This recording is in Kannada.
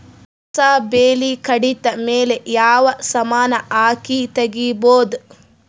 ಕಸಾ ಬೇಲಿ ಕಡಿತ ಮೇಲೆ ಯಾವ ಸಮಾನ ಹಾಕಿ ತಗಿಬೊದ?